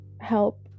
help